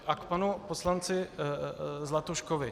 A k panu poslanci Zlatuškovi.